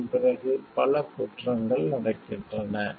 அதன் பிறகு பல குற்றங்கள் நடக்கின்றன